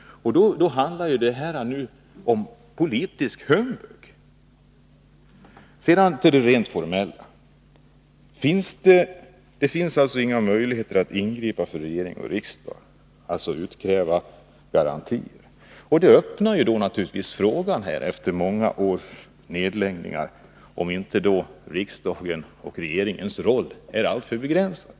Då handlar detta om politisk humbug. Sedan till det rent formella. Det finns inga möjligheter för regering och riksdag att ingripa och utkräva garantier. Efter många år av nedläggningar uppstår då frågan, om inte riksdagens och regeringens roll är alltför begränsad.